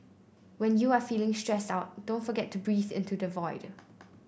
when you are feeling stressed out don't forget to breathe into the void